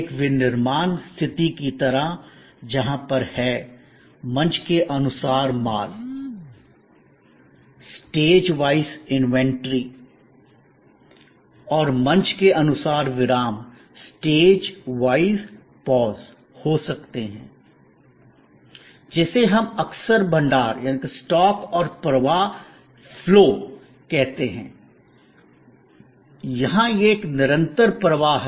एक विनिर्माण स्थिति की तरह जहां पर हैं मंचके अनुसार माल स्टेज वॉइस इन्वेंटरी और मंचके अनुसार विरामस्टेज वॉइस पॉज हो सकते हैं जिसे हम अक्सर भण्डार स्टॉक और प्रवाह फ्लो कहते हैं यहां यह एक निरंतर प्रवाह है